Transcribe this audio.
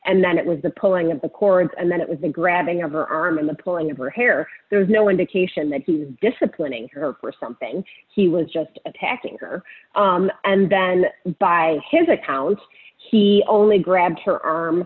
and then it was the pulling of the cords and then it was the grabbing of her arm and the pulling of her hair there's no indication that he's disciplining her for something he was just attacking her and then by his account he only grabbed her arm